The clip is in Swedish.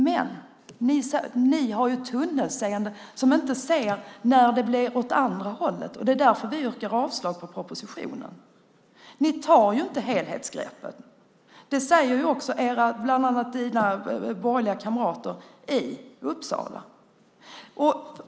Men ni har ett tunnelseende eftersom ni inte ser när det blir åt det andra hållet, och det är därför vi yrkar avslag på propositionen. Ni tar inte helhetsgreppet. Det säger bland annat era borgerliga kamrater i Uppsala.